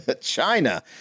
China